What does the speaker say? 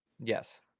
Yes